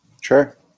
Sure